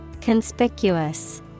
Conspicuous